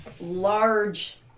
large